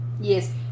Yes